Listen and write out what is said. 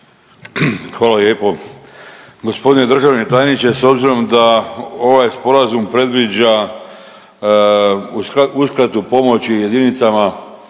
Hvala lijepa.